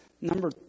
number